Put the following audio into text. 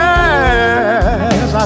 Yes